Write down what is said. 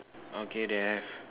okay then have